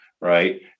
right